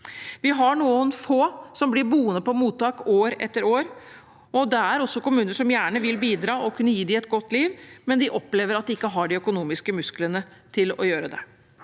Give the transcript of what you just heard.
Vi har noen få som blir boende på mottak år etter år, og det er også kommuner som gjerne vil bidra og gi dem et godt liv, men de opplever at de ikke har de økonomiske musklene til å gjøre det.